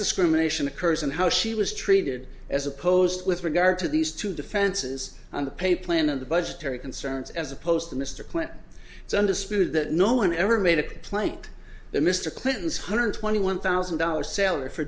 discrimination occurs and how she was treated as opposed with regard to these two defenses and the pay plan and the budgetary concerns as opposed to mr clinton it's undisputed that no one ever made a complaint that mr clinton's hundred twenty one thousand dollars salary for